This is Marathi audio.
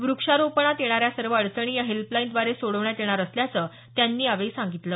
व्रक्षारोपणात येणाऱ्या सर्व अडचणी या हेल्पलाईन द्वारे सोडवण्यात येणार असल्याचं त्यांनी यावेळी सांगितलं